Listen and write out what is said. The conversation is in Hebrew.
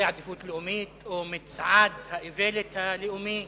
לאומית או ממצעד האיוולת הלאומי